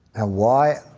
ah why,